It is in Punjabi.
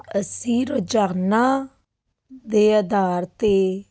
ਅਸੀਂ ਰੋਜ਼ਾਨਾ ਦੇ ਆਧਾਰ 'ਤੇ